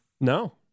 No